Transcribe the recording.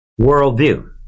worldview